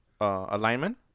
alignment